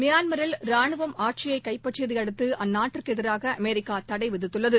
மியான்மரில் ரானுவம் ஆட்சியைகைப்பற்றியதைஅடுத்துஅந்நாட்டிற்குஎதிராகஅமெரிக்காதடைவிதித்துள்ளது